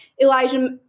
Elijah